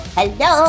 Hello